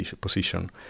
position